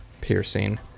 piercing